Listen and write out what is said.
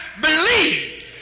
believe